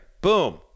Boom